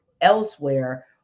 elsewhere